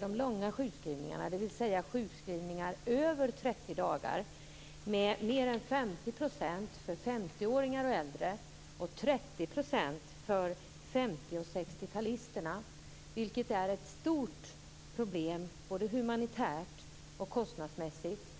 de långa sjukskrivningarna, dvs. sjukskrivningar över 30 dagar, enligt och 60-talisterna, vilket är ett stort problem både humanitärt och kostnadsmässigt.